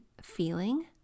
feeling